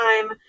time